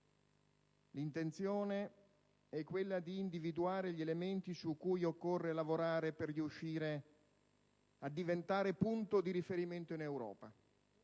L'intenzione è quella di individuare gli elementi su cui occorre lavorare per riuscire a diventare punto di riferimento in Europa,